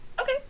Okay